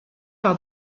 par